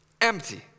empty